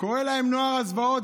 קורא להם "נוער הזוועות".